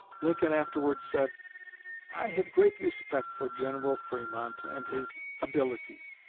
lincoln afterwards said i have great respect for general fremont and his abilities,